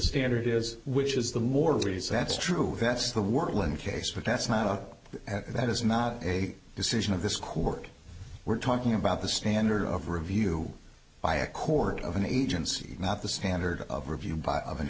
standard is which is the more reason that's true that's the worst one case but that's not that is not a decision of this court we're talking about the standard of review by a court of an agency not the standard of review by an